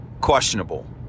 Questionable